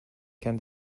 can